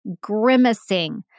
grimacing